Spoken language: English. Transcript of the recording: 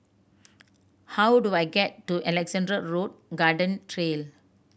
how do I get to Alexandra Road Garden Trail